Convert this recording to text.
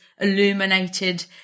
illuminated